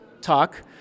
talk